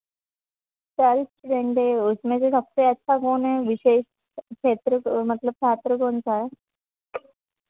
चालीस इस्टूडेंट है उसमें से सबसे अच्छा कौन है विशेष क्षेत्र मतलब छात्र कौन सा है